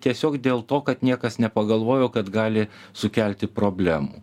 tiesiog dėl to kad niekas nepagalvojo kad gali sukelti problemų